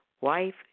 wife